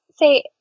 say